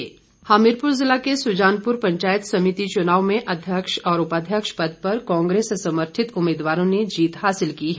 पंचायत चुनाव हमीरपुर जिला के सुजानपुर पंचायत समिति चुनाव में अध्यक्ष और उपाध्यक्ष पद पर कांग्रेस समर्थित उम्मीदवारों ने जीत हासिल की है